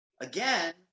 again